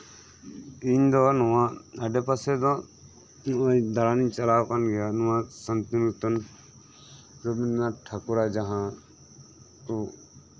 ᱤᱧ ᱫᱚ ᱱᱚᱣᱟ ᱟᱰᱮ ᱯᱟᱥᱮ ᱫᱚ ᱫᱟᱬᱟᱱ ᱤᱧ ᱪᱟᱞᱟᱣ ᱟᱠᱟᱱ ᱜᱮᱭᱟ ᱱᱚᱣᱟ ᱥᱟᱱᱛᱤᱱᱤᱠᱮᱛᱚᱱ ᱨᱚᱵᱤᱱᱫᱚᱨᱚᱱᱟᱛᱷ ᱴᱷᱟᱠᱩᱨᱟᱜ ᱡᱟᱸᱦᱟ ᱠᱚ